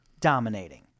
dominating